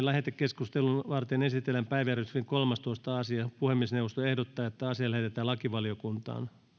lähetekeskustelua varten esitellään päiväjärjestyksen kolmastoista asia puhemiesneuvosto ehdottaa että asia lähetetään lakivaliokuntaan